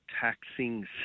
taxing